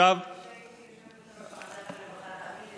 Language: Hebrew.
עשיתי את הבדיקה הזאת כשהייתי יושבת-ראש ועדת העבודה והרווחה.